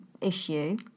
issue